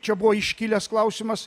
čia buvo iškilęs klausimas